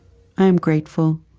i am grateful.